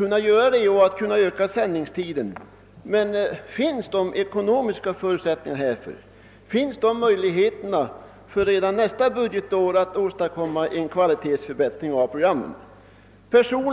önskar öka sändningstiden, men finns det ekonomiska förutsättningar härför? Finns det möjligheter att redan för nästa budgetår åstadkomma en förbättring av programkvaliteten?